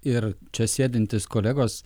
ir čia sėdintys kolegos